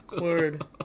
word